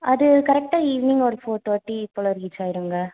அது கரெக்டாக ஈவினிங் ஒரு ஃபோர் தேர்டி போல ரீச் ஆயிடுங்க